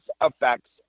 affects